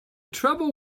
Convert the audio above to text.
trouble